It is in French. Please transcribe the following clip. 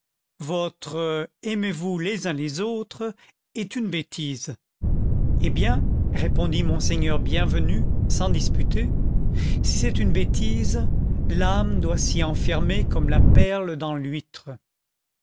votre aimez-vous les uns les autres est une bêtise eh bien répondit monseigneur bienvenu sans disputer si c'est une bêtise l'âme doit s'y enfermer comme la perle dans l'huître